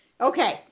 Okay